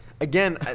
Again